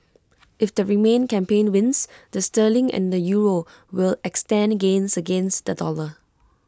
if the remain campaign wins the sterling and the euro will extend gains against the dollar